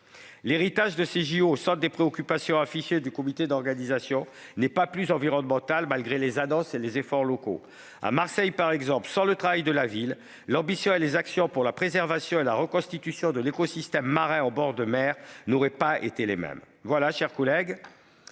L'héritage de ces Jeux, au centre des préoccupations affichées du comité d'organisation, n'est pas davantage environnemental, malgré les annonces et les efforts locaux. À Marseille, par exemple, sans le travail de la ville, l'ambition et les actions pour la préservation et la reconstitution de l'écosystème marin en bord de mer n'auraient pas été les mêmes. Ce texte est